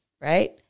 right